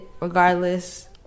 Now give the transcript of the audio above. regardless